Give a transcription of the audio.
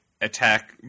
attack